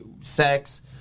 sex